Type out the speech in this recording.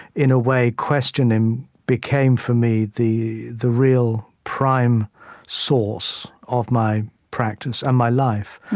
in a way, questioning became, for me, the the real, prime source of my practice and my life.